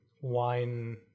wine